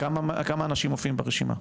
כמה אנשים מופיעים ברשימה?